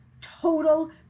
total